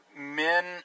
men